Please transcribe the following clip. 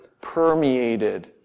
permeated